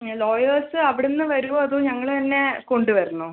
lawyers അവിടുന്ന് വരുമോ അതോ ഞങ്ങൾ തന്നെ കൊണ്ട് വരണോ